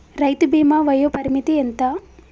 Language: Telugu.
రైతు బీమా వయోపరిమితి ఎంత?